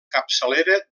capçalera